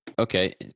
Okay